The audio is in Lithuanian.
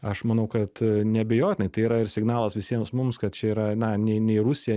aš manau kad neabejotinai tai yra ir signalas visiems mums kad čia yra na nei nei rusija